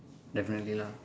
definitely lah